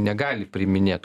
negali priiminėt